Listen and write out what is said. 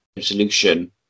solution